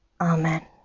Amen